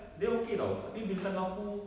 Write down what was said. dia okay [tau] tapi bila time aku